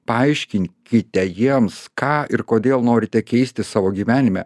paaiškinkite jiems ką ir kodėl norite keisti savo gyvenime